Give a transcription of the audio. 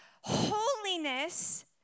Holiness